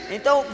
Então